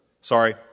Sorry